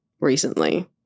recently